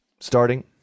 Starting